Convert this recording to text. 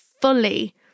fully